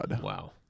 Wow